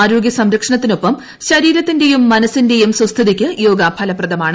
ആരോഗ്യസംരക്ഷണത്തിനൊപ്പം ശരീരത്തിന്റെയും മനസിന്റെയും സുസ്ഥിതിക്ക് യോഗ ഫലപ്രദമാണ്